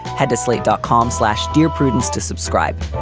head to slate dot com slash. dear prudence to subscribe.